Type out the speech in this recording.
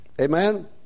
amen